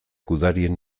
gudarien